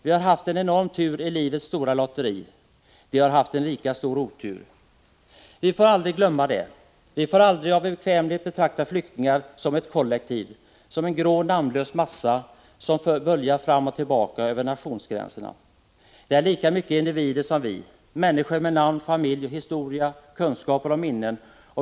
Vi har haft en enorm tur i livets stora lotteri, de har haft en lika stor otur. Vi får aldrig glömma det. Vi får aldrig av bekvämlighet betrakta flyktingar som ett kollektiv, som en grå namnlös massa som böljar fram och tillbaka över nationsgränser. De är lika mycket individer som vi, människor med namn, familj, historia, kunskaper och minnen.